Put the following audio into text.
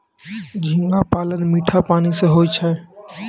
झींगा पालन मीठा पानी मे होय छै